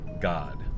God